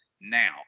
now